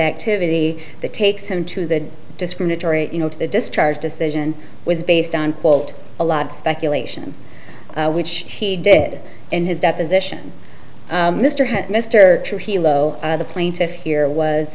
activity that takes him to the discriminatory you know to the discharge decision was based on quote a lot of speculation which he did in his deposition mr had mr trujillo the plaintiff here was